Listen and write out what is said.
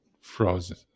Frozen